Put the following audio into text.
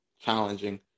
challenging